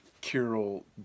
Carol